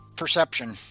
Perception